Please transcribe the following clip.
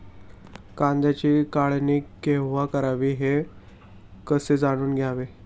कांद्याची काढणी केव्हा करावी हे कसे जाणून घ्यावे?